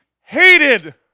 hated